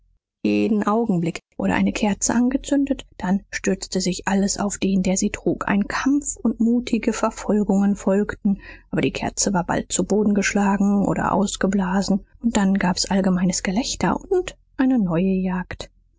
jeden augenblick wurde eine kerze angezündet dann stürzte sich alles auf den der sie trug ein kampf und mutige verteidigung folgten aber die kerze war bald zu boden geschlagen oder ausgeblasen und dann gab's allgemeines gelächter und eine neue jagd